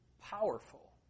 powerful